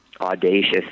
audacious